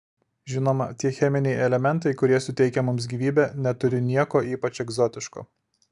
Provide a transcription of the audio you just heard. žinoma tie cheminiai elementai kurie suteikia mums gyvybę neturi nieko ypač egzotiško